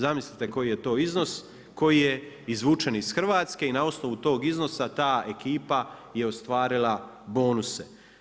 Zamislite koji je to iznos koji je izvučen iz Hrvatske i na osnovu tog iznosa ta ekipa je ostvarila bonuse.